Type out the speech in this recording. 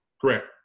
Correct